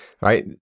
right